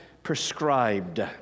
Prescribed